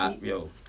Yo